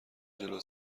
جلوت